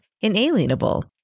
Inalienable